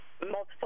multiple